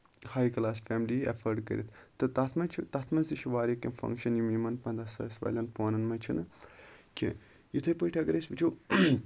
ہاے class family ایفٲڈ کٔرِتھ تہٕ تَتھ منٛز چھُ تَتھ منٛز تہِ چھُ واریاہ کیٚنہہ فَنگشن یِم یِمن پَنداہ ساس والین فونن منٛز چھُنہٕ کینٛہہ یِتھٕے پٲٹھۍ اَگر أسۍ وٕچھو